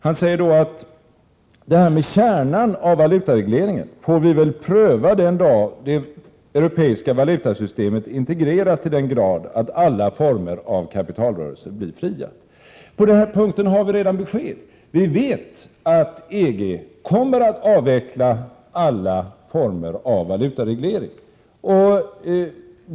Han säger där att kärnan i valutaregleringen får prövas den dag det europeiska valutasystemet integreras till den grad att alla former av kapitalrörelser blir fria. Men på den punkten har vi redan besked: vi vet att EG kommer att avveckla alla former av valutareglering.